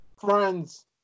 friends